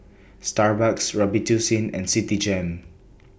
Starbucks Robitussin and Citigem